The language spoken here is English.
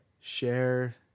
Share